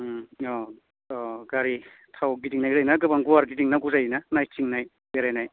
ओम अह अह गारि थाव गिदिंनाय जायो ना गोबां गुवार गिदिंनांगौ जायो ना नायथिंनाय बेरायनाय